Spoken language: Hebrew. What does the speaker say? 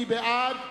מי בעד?